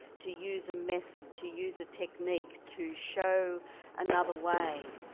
to use a method, to use a technique to show another way.